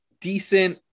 decent